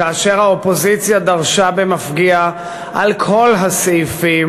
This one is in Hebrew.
כאשר האופוזיציה דרשה במפגיע על כל הסעיפים,